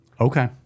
Okay